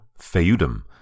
Feudum